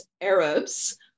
Arabs